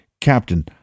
Captain